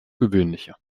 gewöhnliche